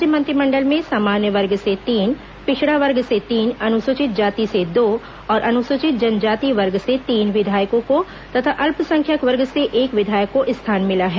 राज्य मंत्रिमंडल में सामान्य वर्ग से तीन पिछड़ा वर्ग से तीन अनुसूचित जाति से दो और अनुसूचित जनजाति वर्ग से तीन विधायकों को तथा अल्पसंख्यक वर्ग से एक विधायक को स्थान मिला है